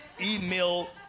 email